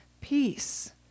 peace